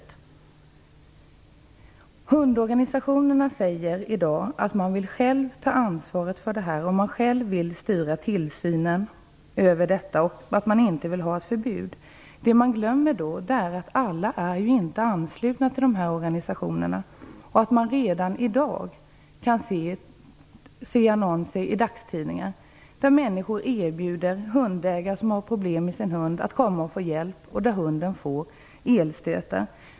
Från hundorganisationernas sida säger man i dag att man själv vill ta ansvaret och styra tillsynen över detta och att man inte vill ha ett förbud. Det man då glömmer är att alla inte är anslutna till dessa organisationer. Man kan redan i dag se annonser i dagstidningar där människor erbjuder hundägare som har problem med sin hund att komma för att få hjälp, vilket innebär att hunden får elstötar.